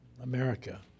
America